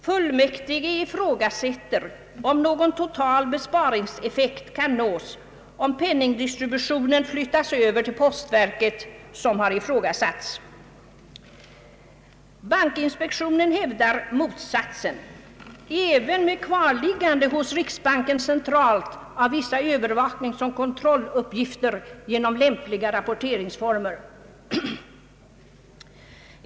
Fullmäktige ifrågasätter att någon total besparingseffekt kan nås, om penningdistributionen flyttas över till postverket som föreslagits. Bankinspektionen hävdar motsatsen, även med kvarliggande hos riksbanken centralt av vissa öÖövervakningsoch kontrolluppgifter genom lämpliga rapporteringsformer.